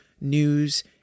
news